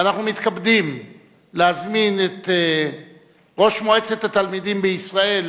ואנחנו מתכבדים להזמין את ראש מועצת התלמידים בישראל,